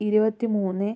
ഇരുപത്തി മൂന്ന്